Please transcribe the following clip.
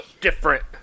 different